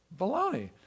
Baloney